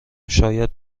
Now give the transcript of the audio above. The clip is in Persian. شاید